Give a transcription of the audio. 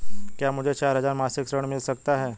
क्या मुझे चार हजार मासिक ऋण मिल सकता है?